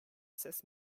ses